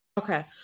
Okay